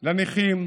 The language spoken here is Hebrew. לנכים,